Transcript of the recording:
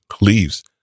leaves